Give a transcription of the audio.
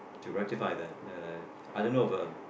to rectify that uh I don't know if er